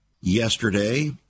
yesterday